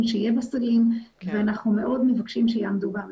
שיהיה בסלים ואנחנו מאוד מבקשים שיעמדו בהמלצות.